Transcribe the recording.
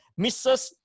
Mrs